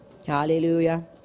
Hallelujah